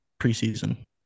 preseason